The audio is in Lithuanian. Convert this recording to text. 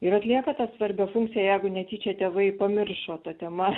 ir atlieka tą svarbią funkciją jeigu netyčia tėvai pamiršo tą temą